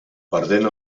perdent